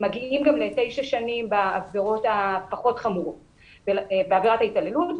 מגיעים גם לתשע שנים בעבירות הפחות חמורות בעבירת ההתעללות.